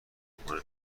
میکنه